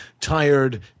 tired